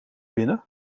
binnen